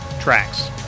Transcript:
tracks